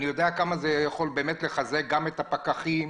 כמה זה יכול לחזק גם את הפקחים,